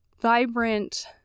vibrant